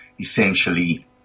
essentially